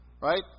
Right